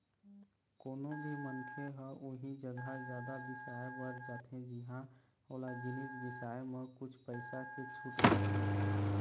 कोनो भी मनखे ह उही जघा जादा बिसाए बर जाथे जिंहा ओला जिनिस बिसाए म कुछ पइसा के छूट मिलथे